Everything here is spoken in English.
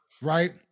right